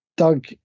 Doug